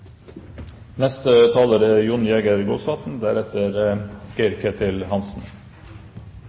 Neste taler er Jon Jæger Gåsvatn,